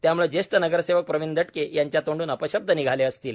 त्यामुळे ज्येष्ठ नगरसेवक प्रवीण दटके यांच्या तोंडुन अपशब्द निघाले असतील